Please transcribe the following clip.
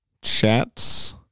chats